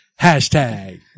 Hashtag